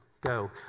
go